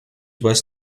weiß